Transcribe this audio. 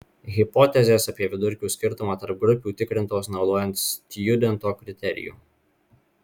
hipotezės apie vidurkių skirtumą tarp grupių tikrintos naudojant stjudento kriterijų